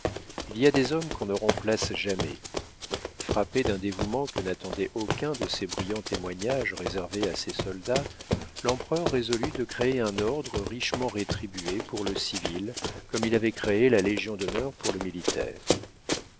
il y a des hommes qu'on ne remplace jamais frappé d'un dévouement que n'attendait aucun de ces brillants témoignages réservés à ses soldats l'empereur résolut de créer un ordre richement rétribué pour le civil comme il avait créé la légion-d'honneur pour le militaire